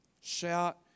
shout